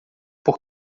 por